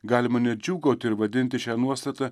galima net džiūgauti ir vadinti šią nuostatą